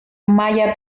maya